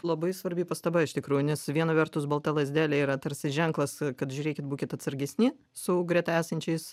labai svarbi pastaba iš tikrųjų nes viena vertus balta lazdelė yra tarsi ženklas kad žiūrėkit būkit atsargesni su greta esančiais